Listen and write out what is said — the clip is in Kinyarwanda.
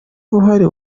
uhari